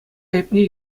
айӑпне